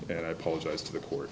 and i apologize to the court